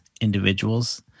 individuals